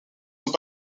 sont